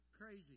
crazy